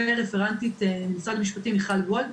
ורפרנטית משרד המשפטים מיכל וולף.